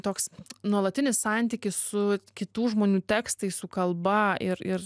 toks nuolatinis santykis su kitų žmonių tekstais su kalba ir ir